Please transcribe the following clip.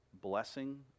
blessing